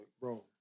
bro